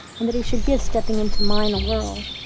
and that he should give stepping into mine a whirl,